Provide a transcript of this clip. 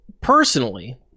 personally